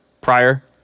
prior